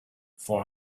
four